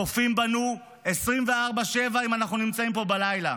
צופים בנו 24/7. אם אנחנו נמצאים פה בלילה,